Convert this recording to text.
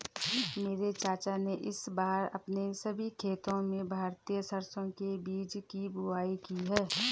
मेरे चाचा ने इस बार अपने सभी खेतों में भारतीय सरसों के बीज की बुवाई की है